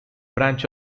branch